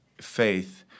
faith